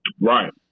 right